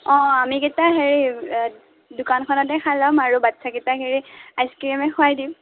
অঁ আমি কেইটা হেৰি দোকানখনতে খাই লম আৰু বাচ্ছা কেইটাক হেৰি আইচক্ৰীমেই খোৱাই দিম